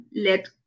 let